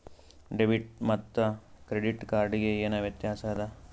Debit ಮತ್ತ credit card ಗೆ ಏನ ವ್ಯತ್ಯಾಸ ಆದ?